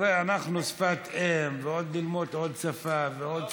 אנחנו, שפת אם, ועוד ללמוד עוד שפה ועוד שפה,